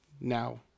Now